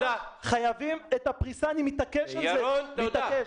חייבים את הפריסה, אני מתעקש על זה, מתעקש.